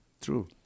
true